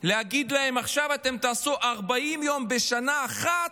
להגיד להם: עכשיו אתם תעשו 40 יום בשנה אחת,